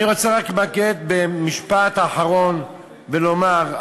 אני רוצה רק להתמקד במשפט אחרון ולומר,